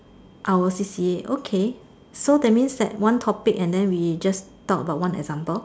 our C_C_A okay so that means that one topic and then we just talk about one example